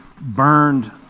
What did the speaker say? burned